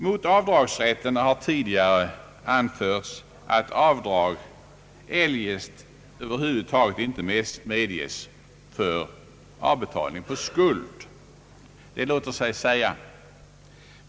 Mot avdragsrätt har tidigare anförts, att avdrag eljest över huvud taget inte medges för avbetalning på skuld. Det låter sig sägas.